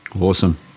awesome